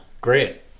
great